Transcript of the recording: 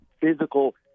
physical